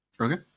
Okay